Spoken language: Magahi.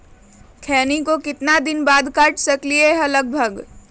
खैनी को कितना दिन बाद काट सकलिये है लगभग?